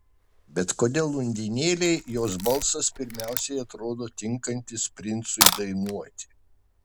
bet kodėl undinėlei jos balsas pirmiausia atrodo tinkantis princui dainuoti